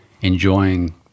enjoying